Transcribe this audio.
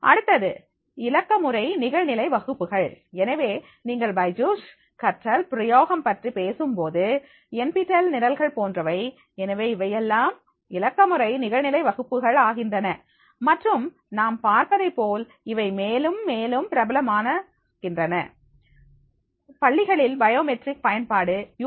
அடுத்தது இலக்கமுறை நிகழ்நிலை வகுப்புகள் எனவே நீங்கள் பைஜூஸ் கற்றல் பிரயோகம் பற்றி பேசும்போது என் பி டெல் நிரல்கள் போன்றவை எனவே இவையெல்லாம் இலக்கமுறை நிகழ்நிலை வகுப்புகள் ஆகின்றன மற்றும் நாம் பார்ப்பதைப் போல் இவை மேலும் மேலும் பிரபலமானகின்றன பள்ளிகளில் பயோமெட்ரிக் பயன்பாடு யூ